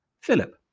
Philip